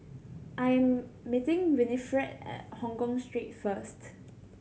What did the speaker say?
I am meeting Winifred at Hongkong Street first